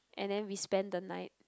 and then we spend the night